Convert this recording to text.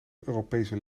europese